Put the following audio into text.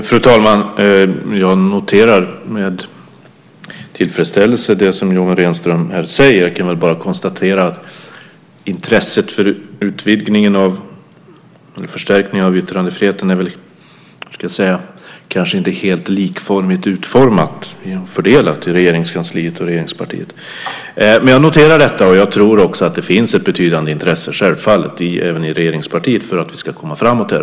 Fru talman! Jag noterar med tillfredsställelse det som Yoomi Renström här säger. Jag kan bara konstatera att intresset för förstärkning av yttrandefriheten är kanske inte helt likformigt fördelat i Regeringskansliet och regeringspartiet. Men jag noterar detta. Jag tror också att det självfallet finns ett betydande intresse även i regeringspartiet för att vi ska komma framåt.